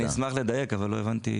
אני אשמח לדייק, אבל לא הבנתי.